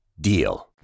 DEAL